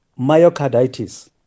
myocarditis